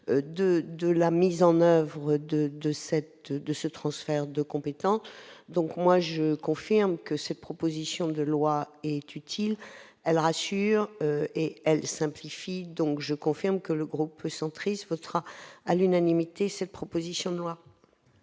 de la mise en oeuvre du transfert de compétence, je confirme que cette proposition de loi est utile : elle rassure et elle simplifie. Aussi, le groupe Union Centriste votera à l'unanimité cette proposition de loi.